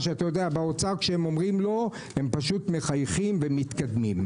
באוצר, כשהם אומרים לא, הם פשוט מחייכים ומתקדמים.